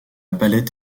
palette